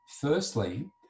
firstly